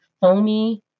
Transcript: foamy